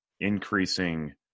increasing